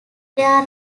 there